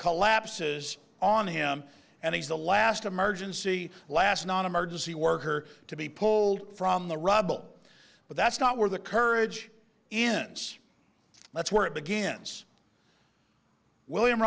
collapses on him and he's the last emergency last non emergency worker to be pulled from the rubble but that's not where the courage ends that's where it begins william